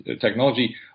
technology